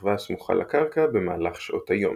השכבה הסמוכה לקרקע במהלך שעות היום.